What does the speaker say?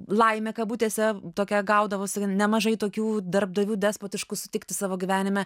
laimė kabutėse tokia gaudavosi nemažai tokių darbdavių despotiškų sutikti savo gyvenime